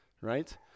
right